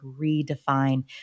redefine